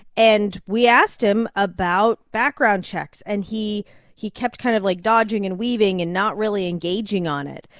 and we asked him about background checks. and he he kept kind of, like, dodging and weaving and not really engaging on it.